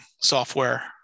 software